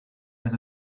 and